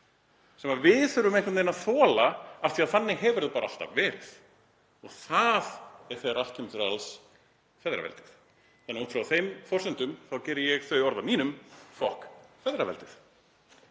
sem við þurfum einhvern veginn að þola af því að þannig hefur það alltaf verið og það er þegar allt kemur til alls feðraveldið. Þannig að út frá þeim forsendum þá geri ég þau orð að mínum: Fokk feðraveldið.